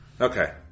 Okay